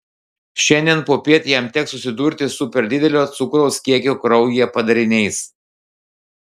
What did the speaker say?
šiandien popiet jam teks susidurti su per didelio cukraus kiekio kraujyje padariniais